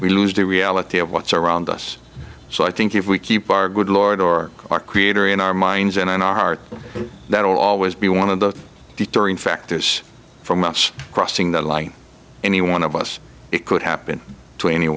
we lose the reality of what's around us so i think if we keep our good lord or our creator in our minds and in our heart that will always be one of the deterring factors from us crossing that line any one of us it could happen to any